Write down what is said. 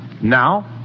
Now